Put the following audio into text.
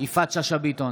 יפעת שאשא ביטון,